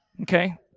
Okay